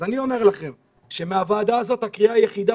אז אני אומר לכם שמהוועדה הזו הקריאה היחידה